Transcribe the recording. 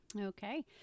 Okay